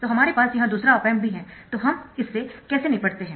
तो हमारे पास यह दूसरा ऑप एम्प भी है तो हम इससे कैसे निपटते है